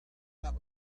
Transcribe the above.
that